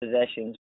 possessions